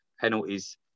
penalties